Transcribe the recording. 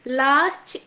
last